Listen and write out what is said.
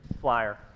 flyer